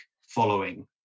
following